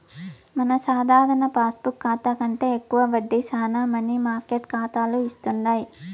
మన సాధారణ పాస్బుక్ కాతా కంటే ఎక్కువ వడ్డీ శానా మనీ మార్కెట్ కాతాలు ఇస్తుండాయి